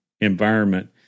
environment